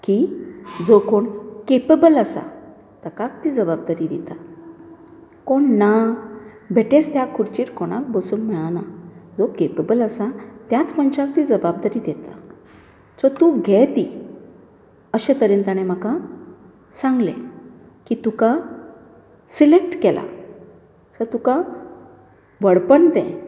की जो कोण केपेबल आसा ताकाच ती जबाबदारी दितात कोण ना बेठेच त्या खुर्चेर कोणाक बसोंक मेळाना जो केपेबल आसा त्याच मनशाक ती जबाबदारी दिता सो तूं घे ती अशे तरेन ताणें म्हाका सांगले की तुका सिलॅक्ट केलां सो तुका व्हडपण तें